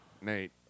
Nate